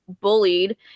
bullied –